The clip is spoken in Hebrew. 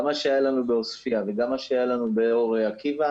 גם מה שהיה לנו בעוספיה וגם מה שהיה לנו באור עקיבא,